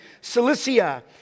Cilicia